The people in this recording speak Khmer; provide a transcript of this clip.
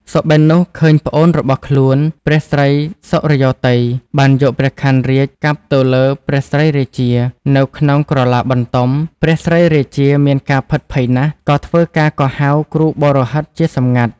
សុបិននោះឃើញប្អូនរបស់ខ្លួន ព្រះស្រីសុរិយោទ័យ បានយកព្រះខ័នរាជកាប់ទៅលើ ព្រះស្រីរាជានៅក្នុងក្រឡាបន្ទំ ព្រះស្រីរាជាមានការភិតភ័យណាស់ក៏ធ្វើការកោះហៅគ្រូបោរាហិតជាសម្ងាត់។